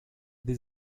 this